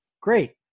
Great